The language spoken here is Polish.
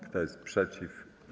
Kto jest przeciw?